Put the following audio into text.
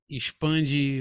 expande